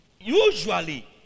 usually